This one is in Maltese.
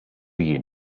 jien